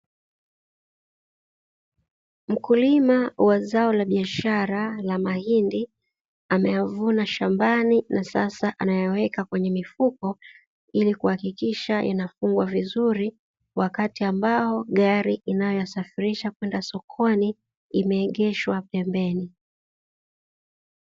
Mkulima wa zao la biashara la mahindi, ameyavuna shambani na sasa ameyaweka kwenye mifuko ili kuhakikisha inakua vizuri wakati ambao gari inayoyasafirisha kwenda sokoni imeegeshwa pembeni.